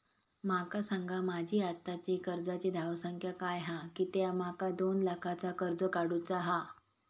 माका सांगा माझी आत्ताची कर्जाची धावसंख्या काय हा कित्या माका दोन लाखाचा कर्ज काढू चा हा?